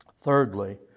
thirdly